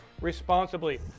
responsibly